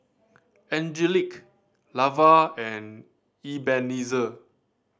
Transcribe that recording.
Angelic Lavar and Ebenezer